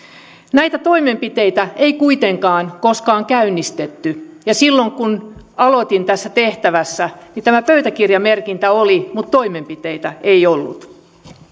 näitä toimenpiteitä ei kuitenkaan koskaan käynnistetty ja silloin kun aloitin tässä tehtävässä tämä pöytäkirjamerkintä oli mutta toimenpiteitä ei ollut